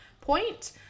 point